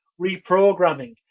reprogramming